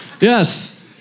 Yes